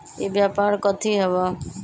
ई व्यापार कथी हव?